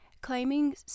claiming